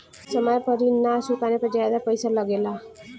समय पर ऋण ना चुकाने पर ज्यादा पईसा लगेला?